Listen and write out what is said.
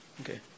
Okay